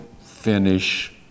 finish